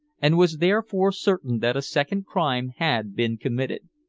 and was therefore certain that a second crime had been committed.